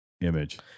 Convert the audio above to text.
image